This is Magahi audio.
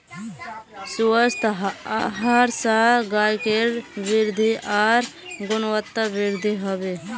स्वस्थ आहार स गायकेर वृद्धि आर गुणवत्तावृद्धि हबे